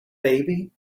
baby